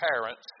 parents